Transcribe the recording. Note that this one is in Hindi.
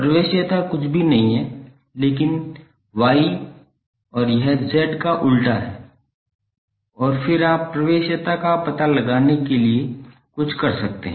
प्रवेश्यता कुछ भी नहीं है लेकिन Y और यह प्रतिबाधा Z का उल्टा है और फिर आप प्रवेश्यता का पता लगाने के लिए कुछ कर सकते हैं